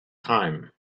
time